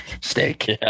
steak